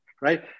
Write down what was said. right